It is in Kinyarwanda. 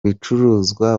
bicuruzwa